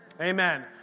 Amen